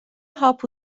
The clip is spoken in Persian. هاپو